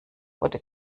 wurde